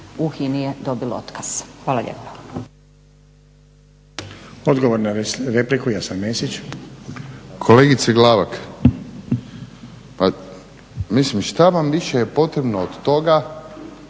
u HINA-i je dobilo otkaz. Hvala lijepa.